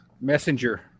Messenger